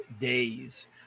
days